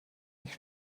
nicht